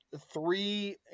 three